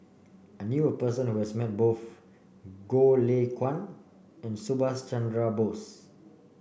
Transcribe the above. I knew a person who has met both Goh Lay Kuan and Subhas Chandra Bose